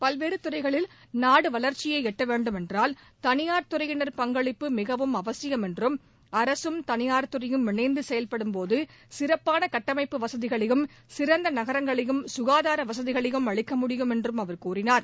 பல்வேறு துறைகளில் நாடு வளர்ச்சியை எட்ட வேண்டுமென்றால் தனியார் துறையினர் பங்களிப்பு மிகவும் அவசியம் என்றும் அரசும் தனியார் துறையும் இணைந்து செயல்படும்போது சிறப்பான கட்டமைப்பு வசதிகளையும் சிறந்த நகரங்களையும் சுகாதார வசதிகளையும் அளிக்க முடியும் என்றும் அவர் கூறினார்